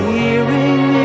Hearing